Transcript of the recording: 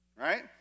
right